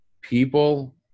People